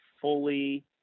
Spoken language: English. fully –